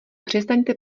přestaňte